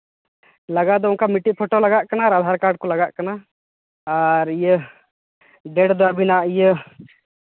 ᱞᱟᱜᱟᱣ ᱫᱚ ᱚᱱᱠᱟ ᱢᱤᱫᱴᱤᱡ ᱯᱷᱳᱴᱳ ᱞᱟᱜᱟᱜ ᱠᱟᱱᱟ ᱟᱨ ᱟᱫᱷᱟᱨ ᱠᱟᱨᱰ ᱠᱚ ᱞᱟᱜᱟᱜ ᱠᱟᱱᱟ ᱟᱨ ᱤᱭᱟᱹ ᱰᱮᱴ ᱫᱚ ᱟᱹᱵᱤᱱᱟᱜ ᱤᱭᱟᱹ